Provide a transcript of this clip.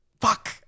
fuck